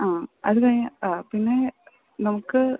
ആ അത് കഴിഞ്ഞ് പിന്നെ നമുക്ക്